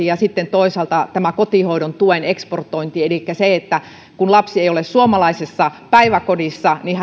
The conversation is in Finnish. ja toisaalta kotihoidon tuen eksportointi elikkä kun lapsi ei ole suomalaisessa päiväkodissa niin